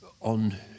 on